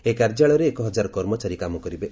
ଏହି କାର୍ଯ୍ୟାଳୟରେ ଏକ ହଜାର କର୍ମଚାରୀ କାମ କରିବେ